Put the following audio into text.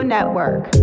Network